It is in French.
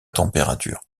température